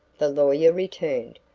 the lawyer returned.